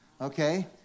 Okay